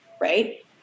right